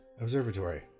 observatory